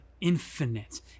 infinite